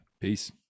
Peace